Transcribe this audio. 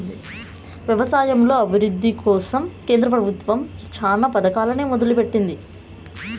వ్యవసాయంలో అభివృద్ది కోసం కేంద్ర ప్రభుత్వం చానా పథకాలనే మొదలు పెట్టింది